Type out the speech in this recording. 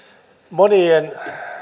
monien